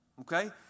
Okay